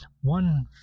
one